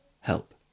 Help